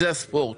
זה הספורט.